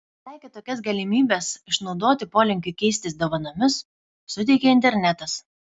visai kitokias galimybes išnaudoti polinkiui keistis dovanomis suteikia internetas